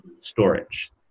storage